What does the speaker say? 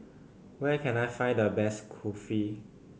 where can I find the best Kulfi